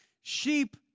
Sheep